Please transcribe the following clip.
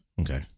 Okay